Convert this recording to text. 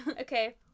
Okay